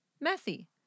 messy